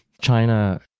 China